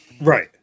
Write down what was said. right